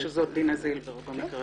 שזאת דינה זילבר במקרה הזה.